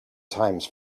times